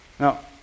Now